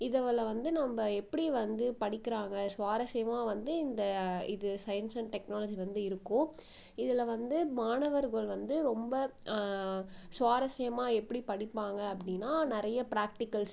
இதில் வந்து நம்ம எப்படி வந்து படிக்கிறாங்கள் சுவாரஸ்யமாக வந்து இந்த இது சயின்ஸ் அண்ட் டெக்னாலஜி வந்து இருக்கும் இதில் வந்து மாணவர்கள் வந்து ரொம்ப சுவாரஸ்யமாக எப்படி படிப்பாங்கள் அப்படின்னா நிறைய ப்ராக்டிக்கல்ஸ்